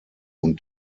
und